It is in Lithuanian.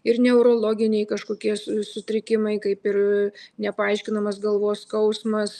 ir neurologiniai kažkokie sutrikimai kaip ir nepaaiškinamas galvos skausmas